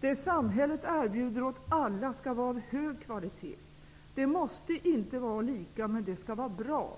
Det samhället erbjuder åt alla skall vara av hög kvalitet. Det måste inte vara lika, men det skall vara bra!